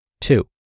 Two